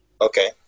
Okay